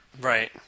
Right